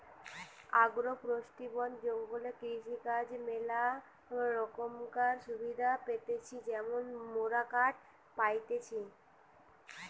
agro forestry বন জঙ্গলে কৃষিকাজর ম্যালা রোকমকার সুবিধা হতিছে যেমন মোরা কাঠ পাইতেছি